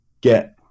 get